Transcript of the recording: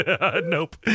Nope